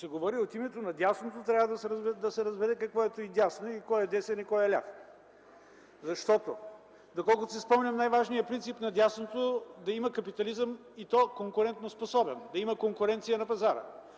от името на дясното, трябва да се разбере какво е това дясно и кой е десен и кой ляв. Доколкото си спомням, най-важният принцип на дясното е да има капитализъм, и то конкурентоспособен, да има конкуренция на пазара.